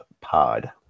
pod